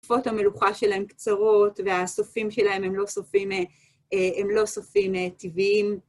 תקופות המלוכה שלהן קצרות, והסופים שלהן הם לא סופים טבעיים.